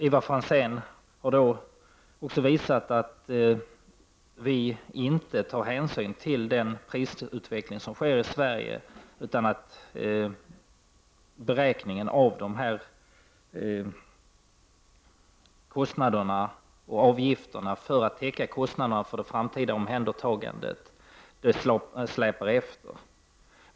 Ivar Franzén har då också visat att vi inte tar hänsyn till den prisutveckling som sker i Sverige, utan beräkningar av de här kostnaderna och avgifterna för att täcka kostnaderna för det framtida omhändertagandet släpar efter.